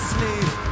Sleep